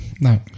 No